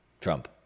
Trump